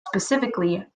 specifically